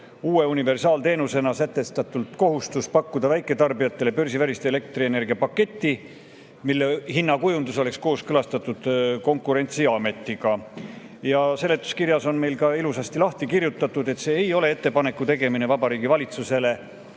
uue universaalteenusena sätestatult kohustus pakkuda väiketarbijatele börsivälist elektrienergiapaketti, mille hinnakujundus oleks kooskõlastatud Konkurentsiametiga. Seletuskirjas on meil ilusasti lahti kirjutatud, et see ei ole ettepaneku tegemine Vabariigi Valitsusele